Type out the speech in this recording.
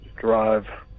Drive